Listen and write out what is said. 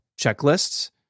Checklists